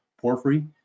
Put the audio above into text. porphyry